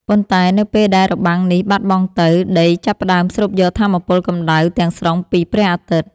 ប៉ុន្តែនៅពេលដែលរបាំងនេះបាត់បង់ទៅ ដីចាប់ផ្តើមស្រូបយកថាមពលកម្ដៅទាំងស្រុងពីព្រះអាទិត្យ។